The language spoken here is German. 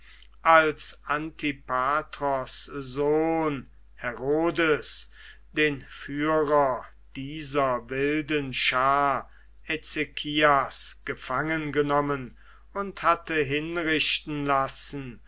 als antipatros sohn herodes den führer dieser wilden schar ezekias gefangengenommen und hatte hinrichten lassen